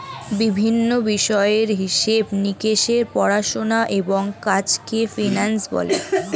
বিভিন্ন বিষয়ের হিসেব নিকেশের পড়াশোনা এবং কাজকে ফিন্যান্স বলে